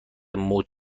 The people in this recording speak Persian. موج